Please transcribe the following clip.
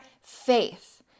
faith